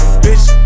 bitch